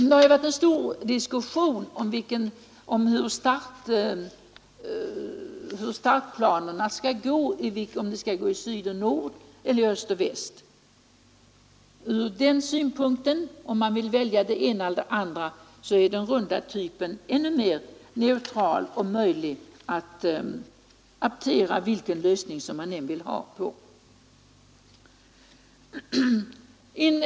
Det har varit en stor diskussion om i vilken riktning startbanorna skall gå — om de skall gå i syd väst. Om man väljer mellan det ena och det andra alternativet, är den runda hustypen ännu mer neutral och lätt att hantera oavsett vilken lösning man vill ha.